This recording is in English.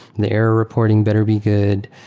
the error reporting better be good.